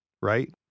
right